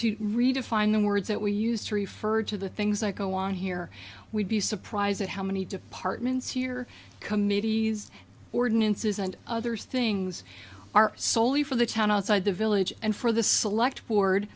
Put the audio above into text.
redefine the words that we used to refer to the things i go on here we'd be surprised at how many departments here committees ordinances and others things are soley for the town outside the village and for the select board